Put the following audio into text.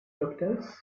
doctors